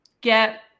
get